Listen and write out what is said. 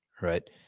right